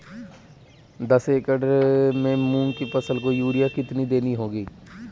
दस एकड़ में मूंग की फसल को यूरिया कितनी देनी होगी?